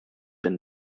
been